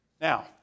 Now